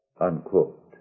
unquote